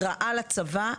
היא רעה לצבא,